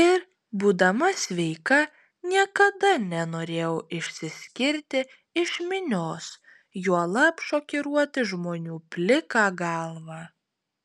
ir būdama sveika niekada nenorėjau išsiskirti iš minios juolab šokiruoti žmonių plika galva